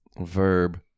Verb